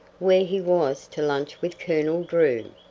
where he was to lunch with colonel drew.